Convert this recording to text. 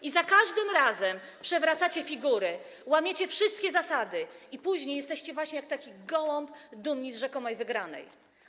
I za każdym razem przewracacie figury, łamiecie wszystkie zasady i później jesteście właśnie jak taki gołąb, dumni z rzekomej wygranej.